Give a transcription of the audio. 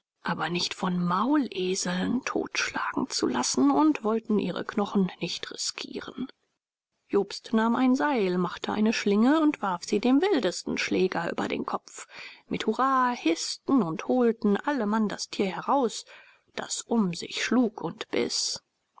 aber nicht von mauleseln totschlagen zu lassen und wollten ihre knochen nicht riskieren jobst nahm ein seil machte eine schlinge und warf sie dem wildesten schläger über den kopf mit hurra hißten und holten alle mann das tier heraus das um sich schlug und biß